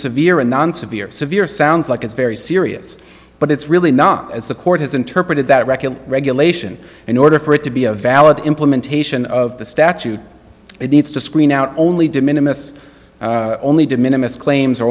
severe and non severe severe sounds like it's very serious but it's really not as the court has interpreted that regular regulation in order for it to be a valid implementation of the statute it needs to screen out only de minimus only de minimus claims are